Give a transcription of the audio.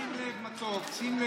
שים לב, מתוק, שים לב,